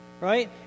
right